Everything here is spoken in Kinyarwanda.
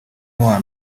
n’uwa